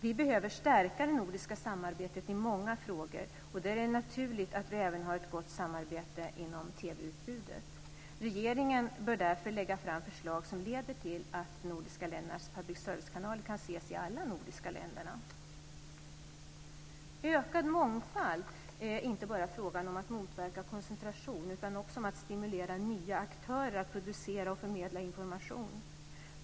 Vi behöver stärka det nordiska samarbetet i många frågor, och då är det naturligt att vi även har ett gott samarbete inom TV-utbudet. Regeringen bör därför lägga fram förslag som leder till att de nordiska ländernas public service-kanaler kan ses i alla de nordiska länderna. Att arbeta för ökad mångfald är inte bara frågan om att motverka koncentration utan också om att stimulera nya aktörer att producera och förmedla information.